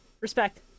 Respect